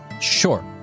Sure